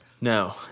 No